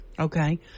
Okay